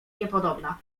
niepodobna